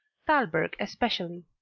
thalberg especially.